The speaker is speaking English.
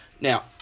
Now